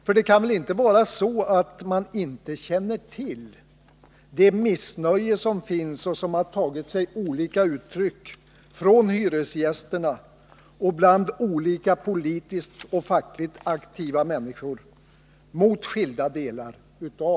För det kan väl inte vara så, att socialdemokraterna inte känner till det missnöje som finns mot skilda delar av detta lagförslag och som har tagit sig olika uttryck från hyresgästerna och bland olika politiskt och fackligt aktiva människor?